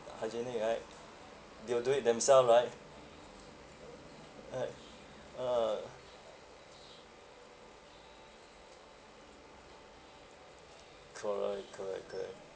hygienic right they'll do it themselves right right a'ah correct correct correct